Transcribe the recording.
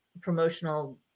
promotional